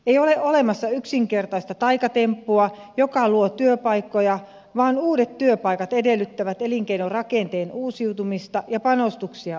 ei ole olemassa yksinkertaista taikatemppua joka luo työpaikkoja vaan uudet työpaikat edellyttävät elinkeinorakenteen uusiutumista ja panostuksia osaamiseen